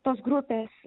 tos grupės